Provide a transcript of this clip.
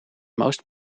most